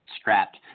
scrapped